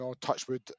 Touchwood